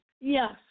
Yes